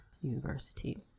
University